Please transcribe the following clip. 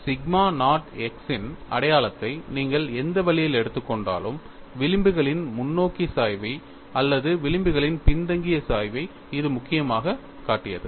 sigma naught x இன் அடையாளத்தை நீங்கள் எந்த வழியில் எடுத்துக் கொண்டாலும் விளிம்புகளின் முன்னோக்கி சாய்வை அல்லது விளிம்புகளின் பின்தங்கிய சாய்வை இது முக்கியமாகக் காட்டியது